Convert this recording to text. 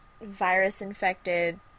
virus-infected